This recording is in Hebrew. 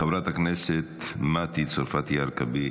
חברת הכנסת מטי צרפתי הרכבי,